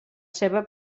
seva